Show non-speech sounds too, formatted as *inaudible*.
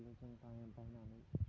*unintelligible*